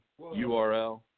URL